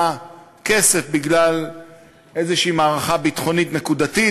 כסף בגלל איזו מערכה ביטחונית נקודתית,